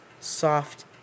soft